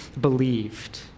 believed